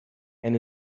and